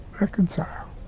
reconcile